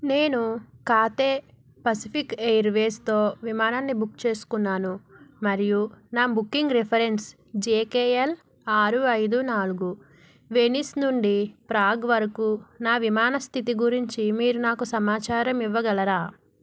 నేను Cathay Pacific air వేస్తో విమానాన్ని బుక్ చేసుకున్నాను మరియు నా booking reference J K L ఆరు ఐదు నాలుగు వెనిస్ నుండి ప్రాగ్ వరకు నా విమాన స్థితి గురించి మీరు నాకు సమాచారం ఇవ్వగలరా